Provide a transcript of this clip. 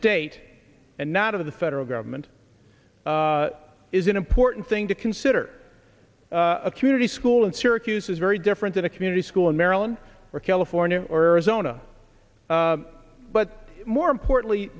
state and not of the federal government is an important thing to consider a community school in syracuse is very different than a community school in maryland or california or arizona but more importantly